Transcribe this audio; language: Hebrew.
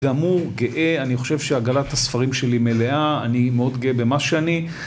גמור, גאה, אני חושב שעגלת הספרים שלי מלאה, אני מאוד גאה במה שאני